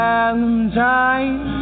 Valentine